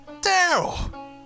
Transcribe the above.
Daryl